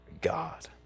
God